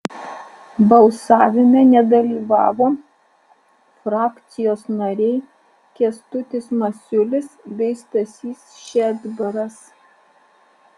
balsavime nedalyvavo frakcijos nariai kęstutis masiulis bei stasys šedbaras